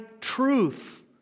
truth